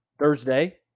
Thursday